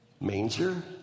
manger